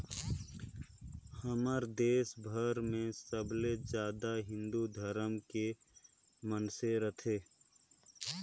हमर देस भारत मे सबले जादा हिन्दू धरम के मइनसे रथें